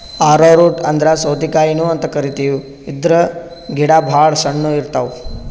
ಆರೊ root ಅಂದ್ರ ಸೌತಿಕಾಯಿನು ಅಂತ್ ಕರಿತಾರ್ ಇದ್ರ್ ಗಿಡ ಭಾಳ್ ಸಣ್ಣು ಇರ್ತವ್